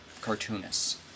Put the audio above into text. cartoonists